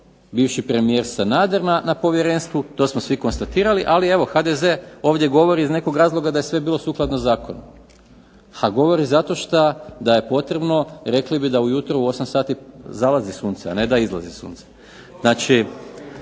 bivši premijer Sanader na povjerenstvu. To smo svi konstatirali. Ali evo HDZ ovdje govori iz nekog razloga da je sve bilo sukladno zakonu. Ha govori zato što da je potrebno rekli bi da ujutro u 8 sati zalazi sunce a ne da izlazi sunce.